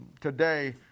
today